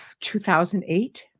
2008